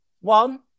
one